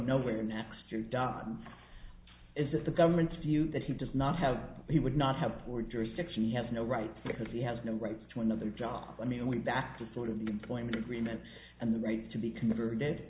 nowhere next year dobbs is that the government's view that he does not have he would not have or jurisdiction he has no rights because he has no rights to another job i mean we're back to sort of the employment agreement and the right to be converted